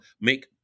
make